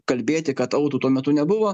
kalbėti kad autų tuo metu nebuvo